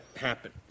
happen